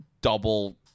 Double